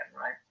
Right